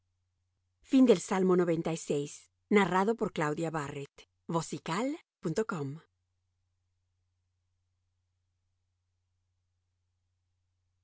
salmo de david